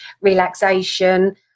relaxation